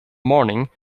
morning